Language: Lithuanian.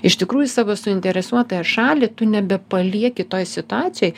iš tikrųjų savo suinteresuotąją šalį tu nebepalieki toj situacijoj